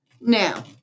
Now